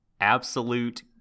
absolute